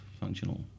functional